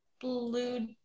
Blue